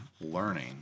learning